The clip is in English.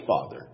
father